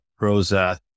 Rosa